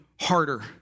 harder